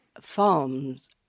farms